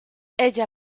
ella